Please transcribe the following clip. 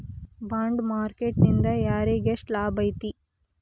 Bond market ನಿಂದಾ ಯಾರಿಗ್ಯೆಷ್ಟ್ ಲಾಭೈತಿ?